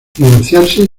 divorciarse